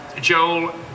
Joel